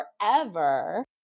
forever